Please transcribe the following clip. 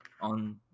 on